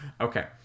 Okay